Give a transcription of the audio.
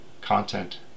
Content